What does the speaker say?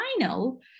final